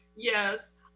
yes